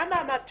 מה המעמד שלך?